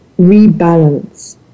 rebalance